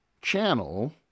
channel